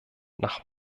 nach